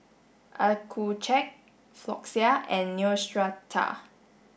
Accucheck Floxia and Neostrata